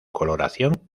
coloración